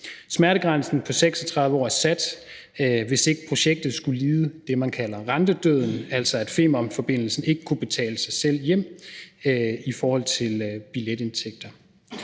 Smertegrænsen på 36 år er sat, for at projektet ikke skulle lide det, man kalder rentedøden, altså at Femernforbindelsen ikke ville kunne betale sig selv hjem i billetindtægter.